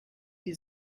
die